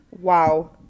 Wow